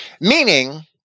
meaning